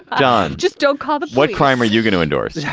john, just don't call it what crime are you going to endorse it? yeah